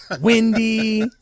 windy